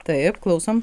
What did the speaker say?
taip klausom